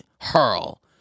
hurl